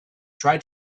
try